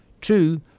Two